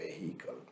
vehicle